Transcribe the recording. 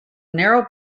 narrow